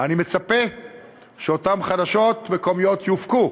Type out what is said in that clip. אני מצפה שאותן חדשות מקומיות יופקו